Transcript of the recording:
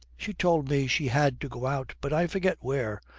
she told me she had to go out, but i forget where.